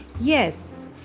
yes